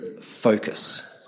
focus